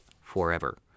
forever